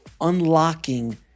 unlocking